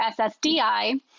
SSDI